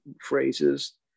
phrases